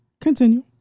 Continue